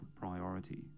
priority